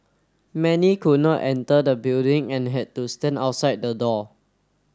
many could not enter the building and had to stand outside the door